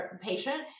patient